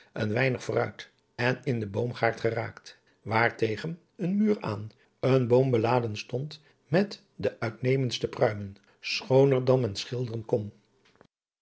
een weinig vooruit en in den boomgaard geraakt waar tegen een muur aan een boom beladen stond met de uitmuntendste pruimen schooner dan men schilderen kon